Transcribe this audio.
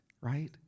right